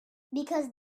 because